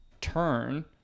turn